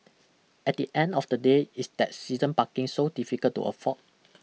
at the end of the day is that season parking so difficult to afford